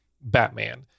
Batman